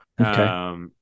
Okay